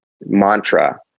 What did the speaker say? mantra